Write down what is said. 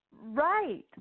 Right